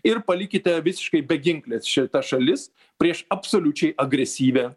ir palikite visiškai beginklės šitas šalis prieš absoliučiai agresyvią